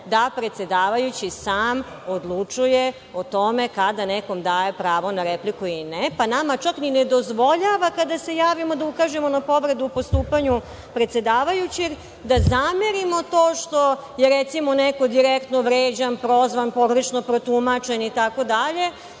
da predsedavajući sam odlučuje o tome kada nekom daje pravo na repliku ili ne, pa nama čak ne dozvoljava kada se javimo da ukažemo na povredu u postupanju predsedavajućeg, da zamerimo to što je, recimo, neko direktno vređan, prozvan, pogrešno protumačen itd,